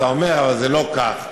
אתה אומר אבל זה לא כך.